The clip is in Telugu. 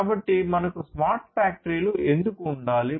కాబట్టి మనకు స్మార్ట్ ఫ్యాక్టరీలు ఎందుకు ఉండాలి